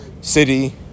city